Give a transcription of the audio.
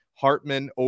Hartman